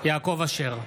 יעקב אשר,